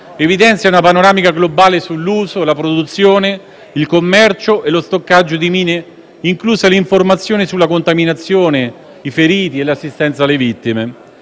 evidenzia una panoramica globale sull'uso, la produzione, il commercio e lo stoccaggio di mine, inclusa l'informazione sulla contaminazione, i feriti e l'assistenza alle vittime.